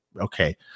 okay